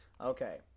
Okay